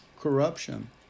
corruption